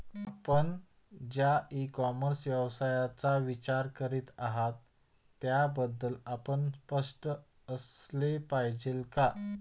आपण ज्या e commerce व्यवसायाचा विचार करीत आहात त्याबद्दल आपण स्पष्ट असले पाहिजे का?